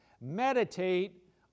meditate